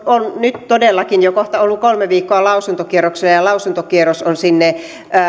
on nyt todellakin jo kohta ollut kolme viikkoa lausuntokierroksella ja lausuntokierros on sinne